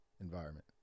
environment